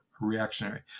reactionary